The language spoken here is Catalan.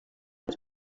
als